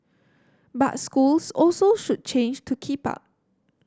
but schools also should change to keep up